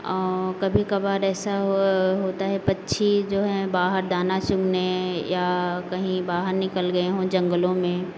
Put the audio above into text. और कभी कभार ऐसा हो होता है पक्षी जो हैं बाहर दाना चुगने या कहीं बाहर निकल गए हों जंगलों में